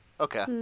Okay